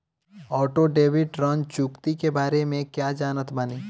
Auto debit ऋण चुकौती के बारे में कया जानत बानी?